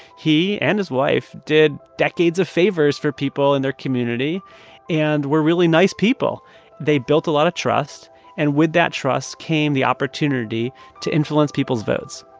he and his wife did decades of favors for people in their community and were really nice people they built a lot of trust and with that trust came the opportunity to influence people's votes